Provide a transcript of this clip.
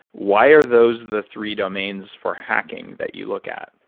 why are those the three domains for hacking that you look at?